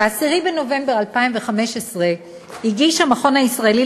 ב-10 בנובמבר 2015 הגיש המכון הישראלי